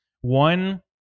one